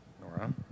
Nora